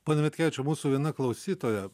pone mitkevičiau mūsų viena klausytoja